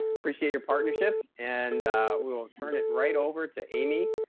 appreciate your partnership and we will turn it right over to amy.